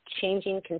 changing